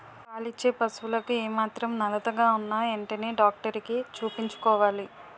పాలిచ్చే పశువులకు ఏమాత్రం నలతగా ఉన్నా ఎంటనే డాక్టరికి చూపించుకోవాలి